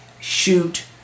shoot